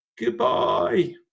Goodbye